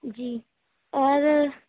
جی اور